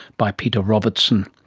by peter robertson.